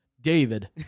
David